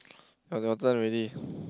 your your turn already